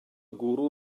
gwrw